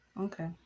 Okay